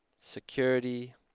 security